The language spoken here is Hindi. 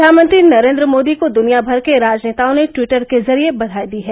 प्रधानमंत्री नरेंद्र मोदी को दुनियाभर के राजनेताओं ने टिवटर के जरिए बधाई दी है